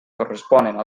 corresponen